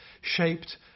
shaped